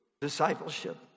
discipleship